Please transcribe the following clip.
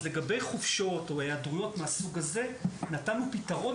אז לגבי חופשות או היעדרויות מהסוג הזה נתנו פתרון